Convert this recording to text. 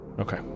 Okay